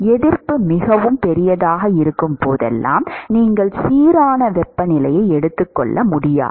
எதிர்ப்பு மிகவும் பெரியதாக இருக்கும் போதெல்லாம் நீங்கள் சீரான வெப்பநிலையை எடுத்துக்கொள்ள முடியாது